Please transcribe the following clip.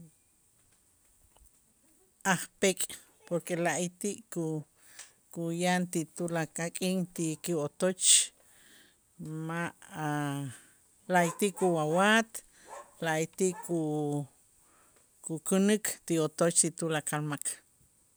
Ajpek' porque la'ayti' ku- kuyaan ti tulakal k'in ti kiwotoch ma' a' la'ayti' kuwawat la'ayti' ku- kukänik ti otoch y tulakal mak.